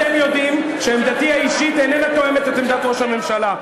אתם יודעים שעמדתי האישית איננה תואמת את עמדת ראש הממשלה.